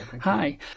Hi